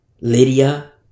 Lydia